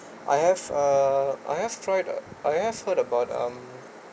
I have uh I have tried to I have heard about um